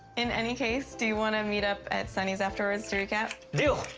in any case, do you wanna meet up at sunny's afterwards to recap? deal.